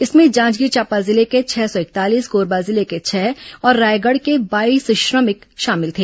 इसमें जांजगीर चांपा जिले के छह सौ इकतालीस कोरबा जिले के छह और रायगढ़ के बाईस श्रमिक शामिल थे